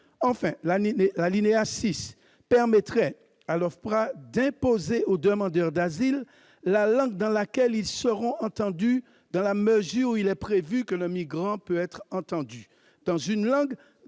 l'article L. 723-6 permettrait à l'OFPRA d'imposer aux demandeurs d'asile la langue dans laquelle ils seront entendus. En effet, il serait prévu que le migrant peut être entendu